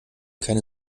keine